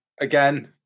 again